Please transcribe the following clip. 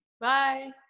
bye